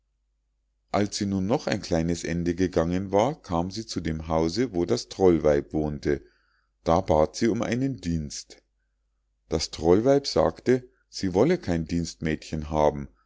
als sie nun noch ein kleines ende weiter gegangen war kam sie zu dem hause wo das trollweib wohnte da bat sie um einen dienst das trollweib sagte sie wolle kein dienstmädchen haben